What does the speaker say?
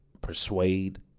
persuade